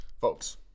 Folks